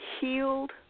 healed